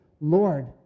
Lord